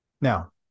Now